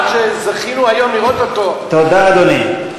עד שזכינו היום לראות אותו, תודה, אדוני.